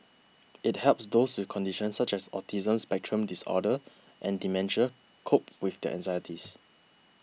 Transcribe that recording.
it helps those with conditions such as autism spectrum disorder and dementia cope with their anxieties